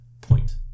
point